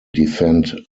defend